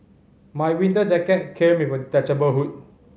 my winter jacket came with a detachable hood